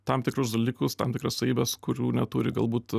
tam tikrus dalykus tam tikras savybes kurių neturi galbūt